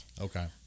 Okay